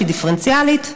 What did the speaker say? שהיא דיפרנציאלית,